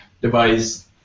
device